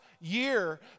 year